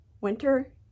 winter